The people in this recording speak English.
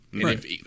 Right